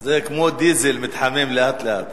זה כמו דיזל, מתחמם לאט-לאט.